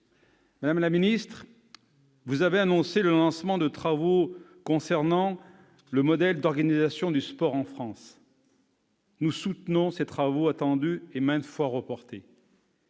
Madame la ministre, vous avez annoncé le lancement de travaux concernant le modèle d'organisation du sport en France. Nous soutenons ces travaux attendus et maintes fois reportés.